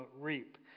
reap